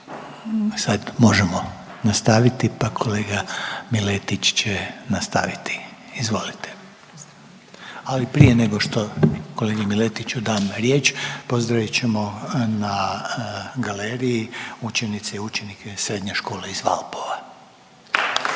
sad možemo nastaviti, pa kolega Miletić će nastaviti. Izvolite, ali prije nego što kolegi Miletiću dam riječ pozdravit ćemo na galeriji učenice i učenike Srednje škole iz Valpova.